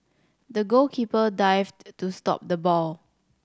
the goalkeeper dived to stop the ball